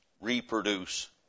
reproduce